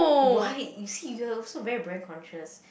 why you see you're also very brand conscious